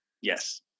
yes